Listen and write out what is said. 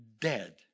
dead